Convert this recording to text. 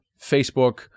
Facebook